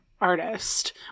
artist